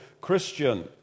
Christian